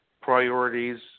priorities